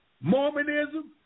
Mormonism